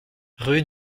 rue